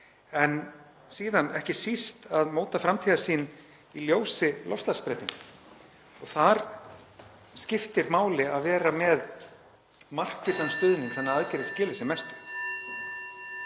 en síðan ekki síst til að móta framtíðarsýn í ljósi loftslagsbreytinga. Þar skiptir máli að vera með markvissan stuðning þannig að aðgerðir skili sem mestu.